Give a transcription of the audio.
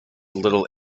little